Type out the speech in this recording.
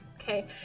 Okay